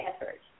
effort